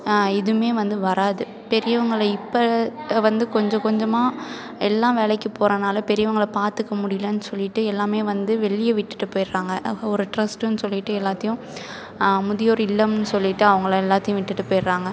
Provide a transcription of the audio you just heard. இதுவுமே வந்து வராது பெரியவங்களை இப்போ வந்து கொஞ்சம் கொஞ்சமாக எல்லாம் வேலைக்கு போறதுனால பெரியவங்களை பார்த்துக்க முடியலைன்னு சொல்லிட்டு எல்லாம் வந்து வெளியே விட்டுட்டு போய்ட்றாங்க ஒரு ட்ரஸ்ட்டுனு சொல்லிட்டு எல்லாத்தையும் முதியோர் இல்லம்னு சொல்லிட்டு அவங்கள எல்லாத்தையும் விட்டுட்டு போய்ட்றாங்க